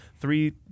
three